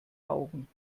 augen